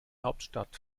hauptstadt